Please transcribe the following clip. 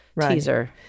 teaser